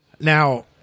Now